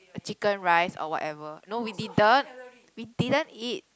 Chicken Rice or whatever no we didn't we didn't eat